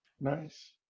Nice